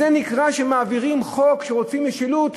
זה נקרא שמעבירים חוק, שרוצים משילות?